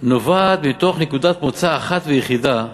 נובעת מנקודת מוצא אחת ויחידה,